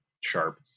Sharp